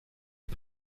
est